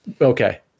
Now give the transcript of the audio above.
Okay